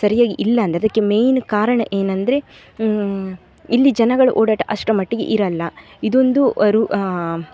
ಸರಿಯಾಗಿ ಇಲ್ಲ ಅಂದರೆ ಅದಕ್ಕೆ ಮೇಯ್ನ್ ಕಾರಣ ಏನಂದರೆ ಇಲ್ಲಿ ಜನಗಳು ಓಡಾಟ ಅಷ್ಟರ ಮಟ್ಟಿಗೆ ಇರಲ್ಲ ಇದೊಂದು ರು